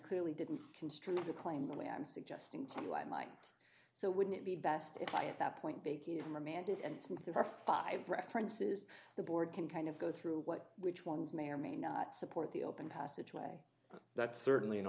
clearly didn't construct a claim the way i'm suggesting to you i might so wouldn't it be best if i at that point baking remanded and since there are five references the board can kind of go through what which ones may or may not support the open passage way that's certainly an